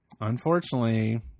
Unfortunately